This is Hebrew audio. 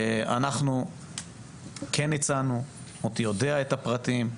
אנחנו כן הצענו, מוטי יודע את הפרטים.